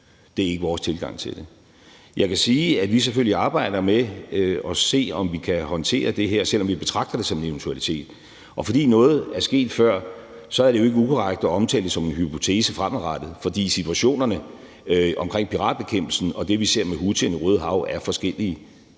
Det er ikke vores tilgang til det. Jeg kan sige, at vi selvfølgelig arbejder med at se, om vi kan håndtere det her, selv om vi betragter det som en eventualitet. Fordi noget er sket før, er det jo ikke ukorrekt at omtale det som en hypotese fremadrettet. For situationerne omkring piratbekæmpelsen og det, vi ser med houthierne i Det Røde Hav, er forskellige,